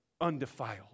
undefiled